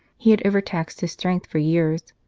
he had overtaxed his strength for years,